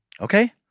Okay